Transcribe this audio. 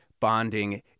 bonding